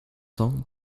temps